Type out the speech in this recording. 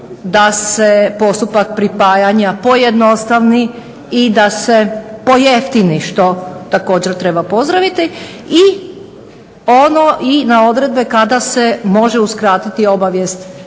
da se postupak pripajanja pojednostavni i da se pojeftini što također treba pozdraviti. I ono na odredbe kada se može uskratiti obavijest